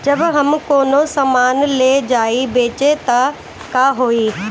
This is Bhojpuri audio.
जब हम कौनो सामान ले जाई बेचे त का होही?